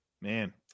Man